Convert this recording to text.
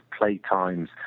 playtimes